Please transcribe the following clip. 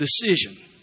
decision